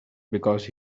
because